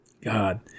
god